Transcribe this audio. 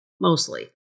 mostly